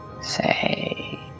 Say